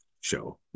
Show